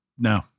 No